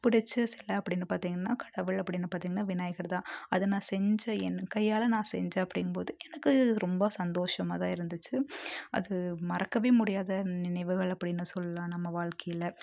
பிடிச்ச சிலை அப்படின்னு பார்த்திங்கன்னா கடவுள் அப்படின்னு பார்த்திங்கன்னா விநாயகர் தான் அதை நான் செஞ்சு என் கையால் நான் செஞ்சேன் அப்படிங்கும் போது எனக்கு இது ரொம்ப சந்தோஷமாக தான் இருந்துச்சு அது மறக்கவே முடியாத நினைவுகள் அப்படின்னு சொல்லலாம் நம்ம வாழ்க்கையில்